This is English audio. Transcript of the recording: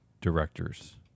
directors